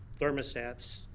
thermostats